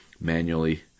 manually